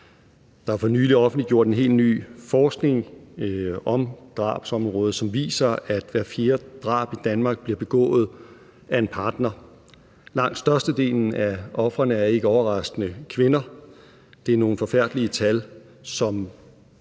Der er for nylig offentliggjort helt ny forskning på drabsområdet, som viser, at hver fjerde drab i Danmark bliver begået af en partner, og langt størstedelen af ofrene er ikke overraskende kvinder. Det er nogle forfærdelige tal –